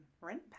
rent